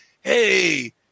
hey